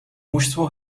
mužstvu